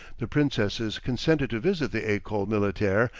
the princesses consented to visit the ecole militaire,